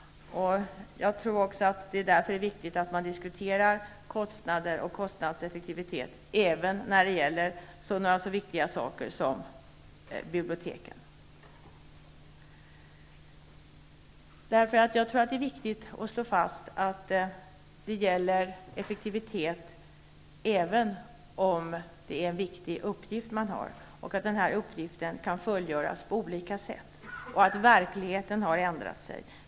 Jag tror därför att det är viktigt att man diskuterar kostnader och kostnadseffektivitet även när det gäller en så viktig fråga som biblioteken. Det är angeläget att slå fast att det skall vara effektivitet, även om det är fråga om en viktig uppgift som man har, att denna uppgift kan fullgöras på olika sätt och att verkligheten har förändrats.